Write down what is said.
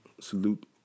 Salute